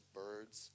birds